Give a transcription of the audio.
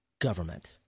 government